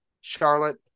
Charlotte